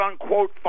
unquote